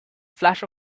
flash